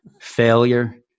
failure